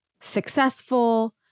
successful